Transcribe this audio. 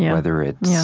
yeah whether it's yeah